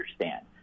understand